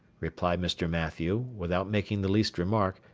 replied mr. mathew, without making the least remark,